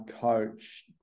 coach